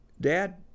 Dad